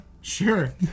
Sure